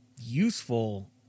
useful